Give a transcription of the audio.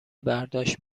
برداشت